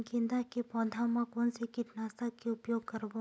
गेंदा के पौधा म कोन से कीटनाशक के उपयोग करबो?